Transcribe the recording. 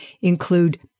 include